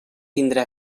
tindrà